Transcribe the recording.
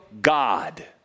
God